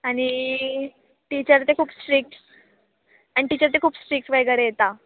आणि टीचर ते खूप स्ट्रिक्ट आणि टीचर ते खूप स्ट्रिकस वगैरे येतात